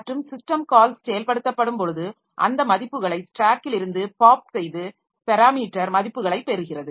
மற்றும் system calls செயல்படுத்தப்படும் பொழுது அந்த மதிப்புகளை ஸ்டேக்கிலிருந்து பாப் செய்து பெராமீட்டர் மதிப்புகளைப் பெறுகிறது